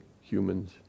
humans